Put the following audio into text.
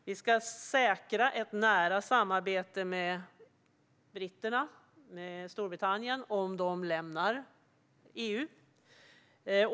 Vi ska säkra ett nära samarbete med Storbritannien om de lämnar EU.